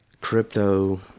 crypto